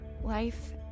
life